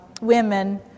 women